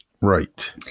right